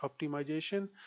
optimization